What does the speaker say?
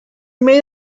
made